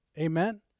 Amen